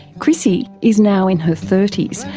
chrissie is now in her thirty s,